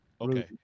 Okay